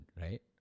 right